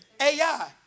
AI